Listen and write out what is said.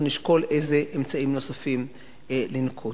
אנחנו נשקול איזה אמצעים נוספים לנקוט.